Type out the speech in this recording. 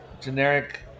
Generic